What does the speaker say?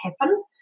happen